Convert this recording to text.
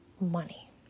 money